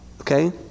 Okay